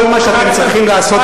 כל מה שאתם צריכים לעשות,